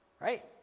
right